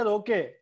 okay